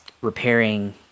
repairing